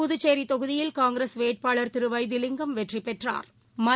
புதுச்சேரிதொகுதியில் காங்கிரஸ் வேட்பாளா் திருவைத்திலிங்கம் வெற்றிபெற்றாா்